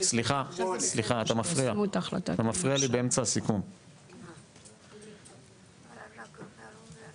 ולהציג בפני הוועדה בתוך 3 שבועות מתווה איך מתבצע המענה על כל הפניות